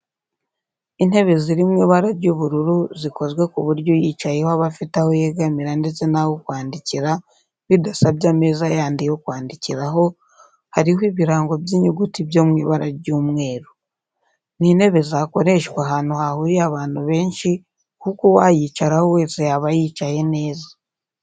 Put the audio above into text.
Intebe ziri mu ibara ry'ubururu zikozwe ku buryo uyicayeho aba afite aho yegamira ndetse n'aho kwandikira bidasabye ameza yandi yo kwandikiraho, hariho ibirango by'inyuguti byo mu ibara ry'umweru. Ni intebe zakoreshwa ahantu hahuriye abantu benshi kuko uwayicaraho wese yaba yicaye neza.